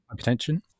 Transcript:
hypertension